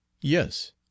Yes